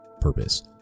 purpose